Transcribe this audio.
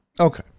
okay